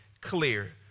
clear